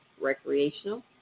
recreational